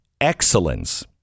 Excellence